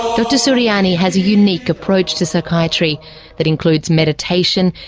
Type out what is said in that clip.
dr suryani has a unique approach to psychiatry that includes meditation,